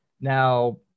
Now